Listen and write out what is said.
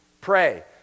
Pray